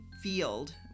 field